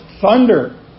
thunder